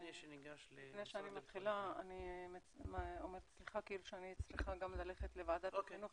לפני שאני מתחילה אני אומרת שאני צריכה ללכת גם לוועדת החינוך,